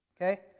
Okay